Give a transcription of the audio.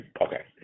Okay